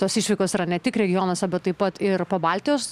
tos išvykos yra ne tik regionuose bet taip pat ir po baltijos